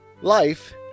Life